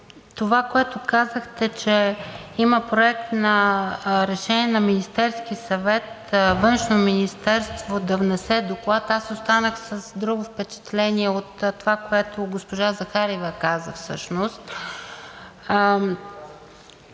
това, което казахте, че има Проект на решение на Министерския съвет Външно министерство да внесе доклад, аз останах с друго впечатление от това, което госпожа Захариева каза всъщност.